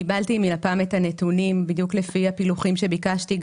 קיבלתי מלפ"ם את הנתונים בדיוק לפי הפילוחים שביקשתי,